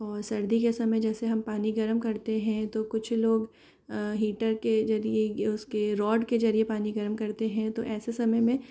और सर्दी के समय जैसे हम पानी गर्म करते हैं तो कुछ लोग हीटर के जरिए उसके रॉड के जरिये पानी गर्म करते हैं तो ऐसे समय में